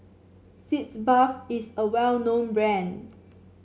Sitz Bath is a well known brand